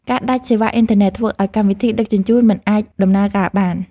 ការដាច់សេវាអ៊ីនធឺណិតធ្វើឱ្យកម្មវិធីដឹកជញ្ជូនមិនអាចដំណើរការបាន។